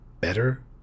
better